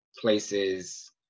places